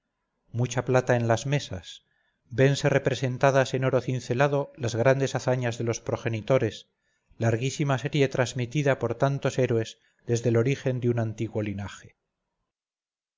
mucha plata en las mesas vense representadas en oro cincelado las grandes hazañas de los progenitores larguísima serie trasmitida por tantos héroes desde el origen de un antiguo linaje